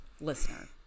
listener